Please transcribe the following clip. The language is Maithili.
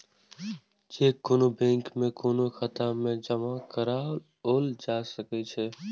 चेक कोनो बैंक में कोनो खाता मे जमा कराओल जा सकै छै